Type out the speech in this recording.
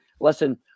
listen